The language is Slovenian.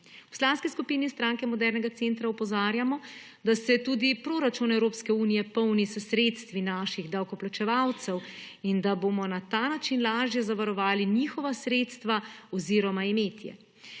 V Poslanski skupini Stranke modernega centra opozarjamo, da se tudi proračun Evropske unije polni s sredstvi naših davkoplačevalcev in da bomo na ta način lažje zavarovali njihova sredstva oziroma imetje.